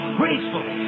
graceful